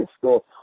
school